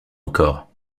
encore